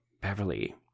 Beverly